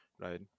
right